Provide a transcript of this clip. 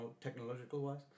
technological-wise